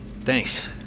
thanks